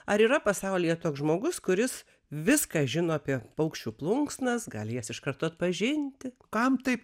ar yra pasaulyje toks žmogus kuris viską žino apie paukščių plunksnas gali jas iš karto atpažinti kam taip